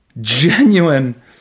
genuine